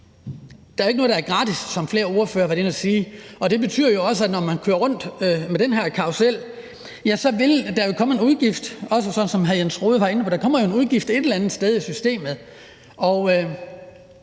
Der er ikke noget, der er gratis, som flere ordførere har været oppe at sige, og det betyder jo også, at når man kører rundt med den her karrusel, vil der jo komme en udgift, som også hr. Jens Rohde var inde på, et eller andet sted i systemet, og